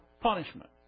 punishment